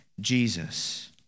Jesus